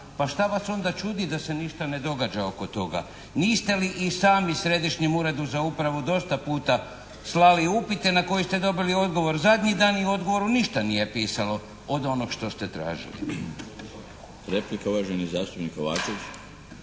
Pa šta vas onda čudi da se ništa ne događa oko toga? Niste li i sami Središnjem uredu za upravu dosta puta slali upite na koje ste dobili odgovor zadnji dan i u odgovoru ništa nije pisalo od onog što ste tražili. **Milinović,